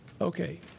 Okay